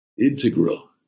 integral